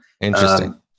Interesting